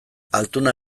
altuna